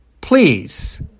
Please